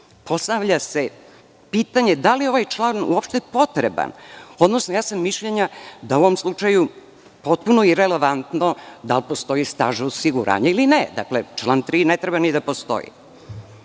postavlja se pitanje da li je ovaj član uopšte potreban, odnosno ja sam mišljenja da je u ovom slučaju potpuno irelevantno da li postoji staž osiguranja ili ne. Dakle, član 3. ne treba ni da postoji.U